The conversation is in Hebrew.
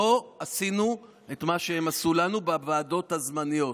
לא עשינו את מה שהם עשו לנו בוועדות הזמניות.